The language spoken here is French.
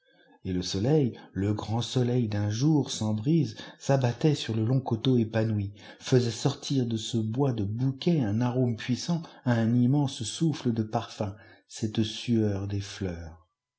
et le soleil le grand soleil d'un jour sans brise s'abattait sur le long coteau épanoui faisait sortir de ce bois de bouquets un arôme puissant un immense souffle de parfums cette sueur des fleurs